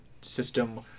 system